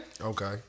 Okay